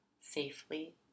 safely